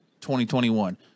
2021